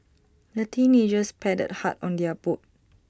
the teenagers paddled hard on their boat